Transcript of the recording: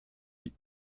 vie